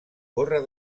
córrer